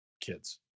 kids